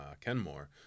Kenmore